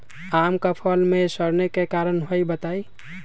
आम क फल म सरने कि कारण हई बताई?